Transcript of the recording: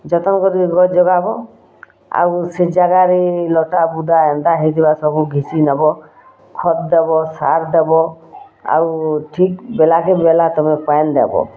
ଯତ୍ନ କରି କିରି ଗଛ୍ ଜଗାବୋ ଆଉ ସେ ଜାଗାରେ ଲତା ବୁଦା ଏନ୍ତା ହେଇ ଯିବ ସବୁ ଘିସି ଦବ ଖତ୍ ଦବ ସାର୍ ଦବ ଆଉ ଠିକ୍ ବେଲା କେ ବେଲା ତମେ ପାଣି ଦବ